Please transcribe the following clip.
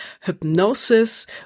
hypnosis